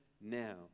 now